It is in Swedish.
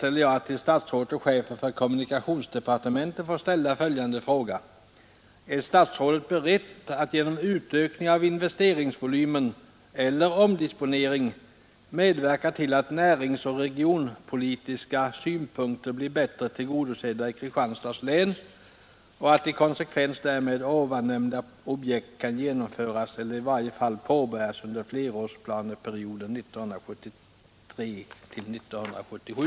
Med hänvisning till det anförda hemställer jag att till herr kommunikationsministern få ställa följande fråga: Är statsrådet beredd att genom utökning av investeringsvolymen eller omdisponering medverka till att näringsoch regionpolitiska synpunkter blir bättre tillgodosedda i Kristianstads län och att i konsekvens därmed nämnda objekt kan genomföras eller i varje fall påbörjas under flerårsplaneperioden 1973—1977?